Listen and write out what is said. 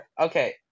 Okay